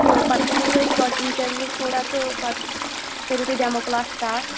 تہٕ پَتہٕ کٔرِو تُہۍ گۄڈٕ اِنٹروِو تھوڑا تہٕ پَتہٕ کٔرِو تُہۍ ڈیمو کٕلاس سِٹاٹ